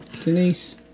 Denise